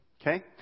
okay